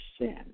sin